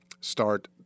start